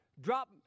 drop